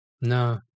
No